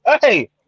hey